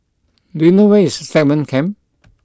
do you know where is Stagmont Camp